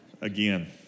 again